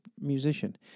musician